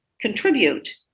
contribute